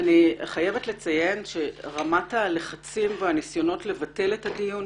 אני חייבת לציין שרמת הלחצים והפניות לבטל את הדיון